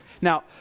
Now